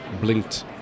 blinked